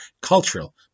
cultural